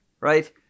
right